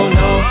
no